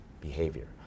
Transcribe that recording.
behavior